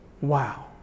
Wow